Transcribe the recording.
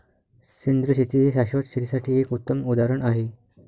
सेंद्रिय शेती हे शाश्वत शेतीसाठी एक उत्तम उदाहरण आहे